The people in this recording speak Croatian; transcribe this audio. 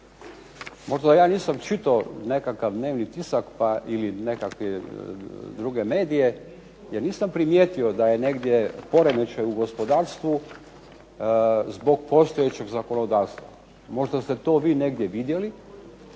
Možda ja nisam čitao nekakav dnevni tisak ili nekakve druge medije jer nisam primjetio da je negdje poremećaj u gospodarstvu zbog postojećeg zakonodavstva. Možda ste to vi negdje vidjeli